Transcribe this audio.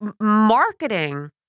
marketing